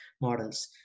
models